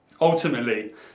Ultimately